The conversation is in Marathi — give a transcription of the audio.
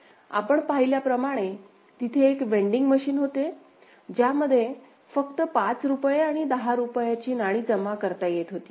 आपण पाहिल्याप्रमाणे तिथे एक वेडिंग मशीन होते ज्यामध्ये फक्त 5 रुपये आणि 10 रुपयाची नाणी जमा करता येत होती